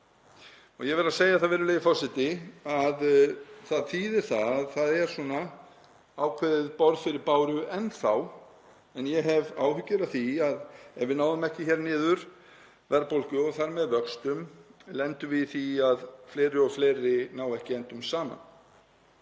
Ég verð að segja það, virðulegi forseti, að það þýðir að það er ákveðið borð fyrir báru enn þá en ég hef áhyggjur af því að ef við náum ekki niður verðbólgu og þar með vöxtum lendum við í því að fleiri og fleiri ná ekki endum saman.